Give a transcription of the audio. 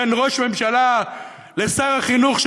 בין ראש הממשלה לשר החינוך,